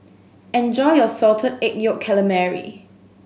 enjoy your Salted Egg Yolk Calamari